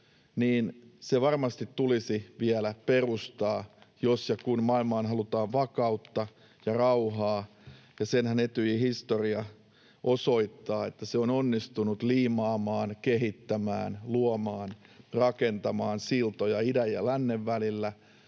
niin se varmasti tulisi vielä perustaa, jos ja kun maailmaan halutaan vakautta ja rauhaa. Ja senhän Etyjin historia osoittaa, että se on onnistunut liimaamaan, kehittämään, luomaan, rakentamaan siltoja idän ja lännen välillä.